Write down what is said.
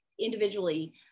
individually